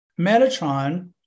Metatron